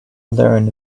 learn